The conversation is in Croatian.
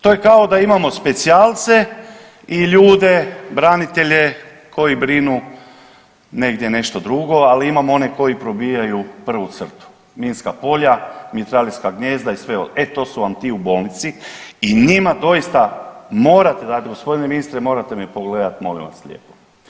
To je kao da imamo specijalce i ljude branitelje koji brinu negdje nešto drugo, ali imamo one koji probijaju prvu crtu, minska polja, mitraljeska gnijezda i sve ostalo, e to su vam ti u bolnici i njima doista morate dat g. ministre morate ih pogledat molim vas lijepo.